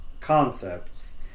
concepts